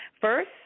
First